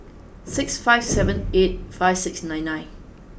six five seven eight five six nine nine